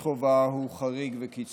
שקבועה בחלק הכללי של חוק